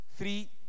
Three